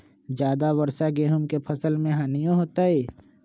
ज्यादा वर्षा गेंहू के फसल मे हानियों होतेई?